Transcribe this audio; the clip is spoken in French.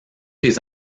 les